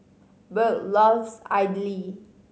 Burk loves Idili